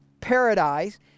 Paradise